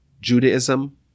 Judaism